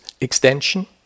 extension